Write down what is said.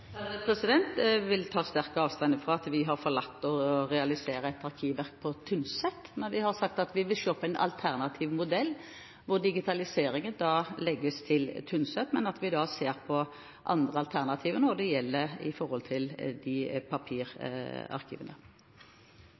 Jeg vil sterkt ta avstand fra at vi har forlatt å realisere et arkivverk på Tynset, når vi har sagt at vi vil se på en alternativ modell, hvor digitaliseringen legges til Tynset, men at vi ser på andre alternativer når det gjelder papirarkivene. Det er vitterlig slik at regjeringen og kulturministeren i